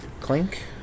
Clink